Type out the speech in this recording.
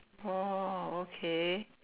oh okay